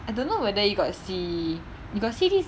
I don't know whether you got see you got see this